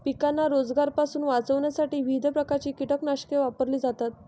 पिकांना रोगांपासून वाचवण्यासाठी विविध प्रकारची कीटकनाशके वापरली जातात